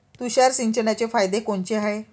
तुषार सिंचनाचे फायदे कोनचे हाये?